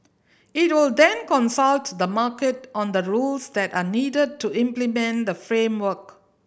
it will then consult the market on the rules that are needed to implement the framework